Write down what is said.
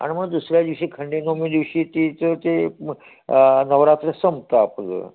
आणि मग दुसऱ्या दिवशी खंडेनवमी दिवशी तिचं ते नवरात्र संपतं आपलं